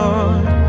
Lord